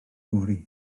fory